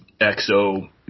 XO